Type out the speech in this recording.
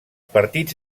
partits